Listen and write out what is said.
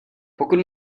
pokud